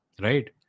Right